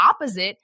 opposite